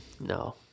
No